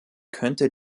könnte